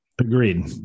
Agreed